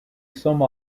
some